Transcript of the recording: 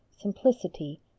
simplicity